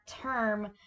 term